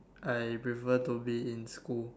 I prefer to be in school